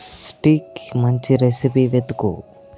steak మంచి recipe వెతుకు